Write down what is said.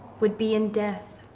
would be in death.